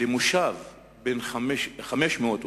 למושב אולי בן 500 תושבים,